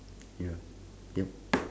ya yup